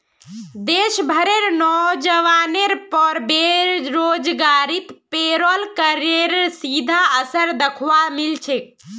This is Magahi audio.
देश भरेर नोजवानेर पर बेरोजगारीत पेरोल करेर सीधा असर दख्वा मिल छेक